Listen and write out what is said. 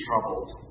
troubled